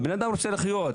בן אדם רוצה לחיות.